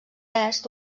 est